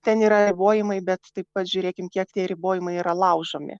ten yra ribojimai bet taip pat žiūrėkim kiek tie ribojimai yra laužomi